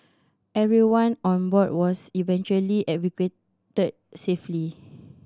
everyone on board was eventually evacuated safely